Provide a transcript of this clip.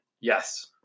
Yes